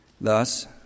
Thus